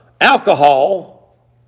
alcohol